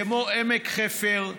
כמו בעמק חפר,